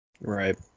Right